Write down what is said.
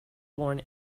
born